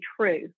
true